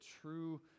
true